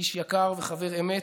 איש יקר וחבר אמת,